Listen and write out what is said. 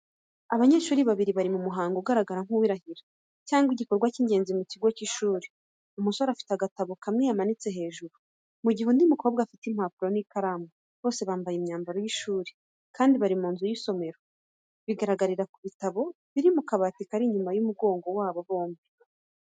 Abanyeshuri babiri bari mu muhango ugaragara nk’uw’irahira cyangwa igikorwa cy’ingenzi mu kigo cy’ishuri. Umusore afite agatabo kamwe yamanitse hejuru, mu gihe undi mukobwa afite impapuro n’ikaramu. Bose bambaye imyambaro y’ishuri, kandi bari mu nzu y’isomero, bigaragarira ku bitabo biri mu kabati kari inyuma y'umugongo wabo bombi.